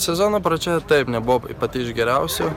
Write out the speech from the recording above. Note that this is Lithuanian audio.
sezono pradžia taip nebuvo pati iš geriausių